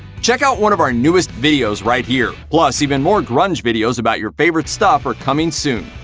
check out one of our newest videos right here! plus, even more grunge videos about your favorite stuff are coming soon.